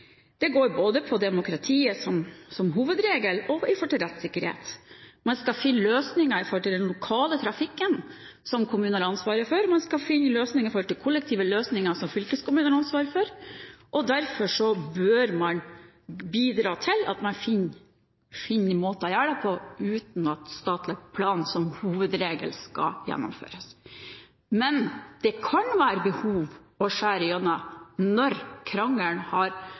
både om demokratiet som hovedregel og forholdet til rettssikkerhet. Man skal finne løsninger for den lokale trafikken, som kommunen har ansvaret for, og man skal finne kollektive løsninger, som fylkeskommunen har ansvaret for. Derfor bør man bidra til at man finner måter å gjøre det på uten at statlig plan som hovedregel skal gjennomføres. Men det kan være behov for å skjære igjennom når krangelen har